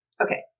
Okay